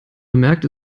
bemerkt